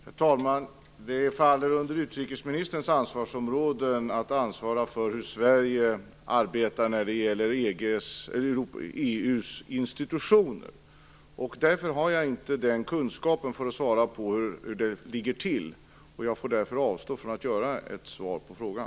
Herr talman! Det faller under utrikesministerns ansvarsområde att ansvara för hur Sverige arbetar när det gäller EU:s institutioner. Därför har jag inte kunskapen för att svara på hur det ligger till. Jag avstår därför från att svara på frågan.